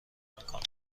میکنم